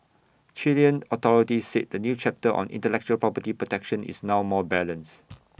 Chilean authorities say the new chapter on intellectual property protection is now more balanced